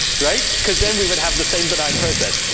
right. because then we would have the same benign process.